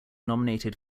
nominated